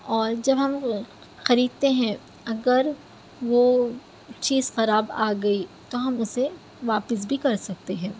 اور جب ہم خریدتے ہیں اگر وہ چیز خراب آ گئی تو ہم اسے واپس بھی کر سکتے ہیں